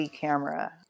camera